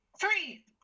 Three